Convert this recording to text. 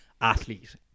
Athlete